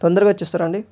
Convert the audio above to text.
తొందరగా వచ్చేస్తారా అండి